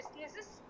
businesses